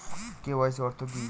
KYC অর্থ কি?